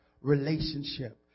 relationship